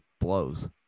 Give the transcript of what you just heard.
blows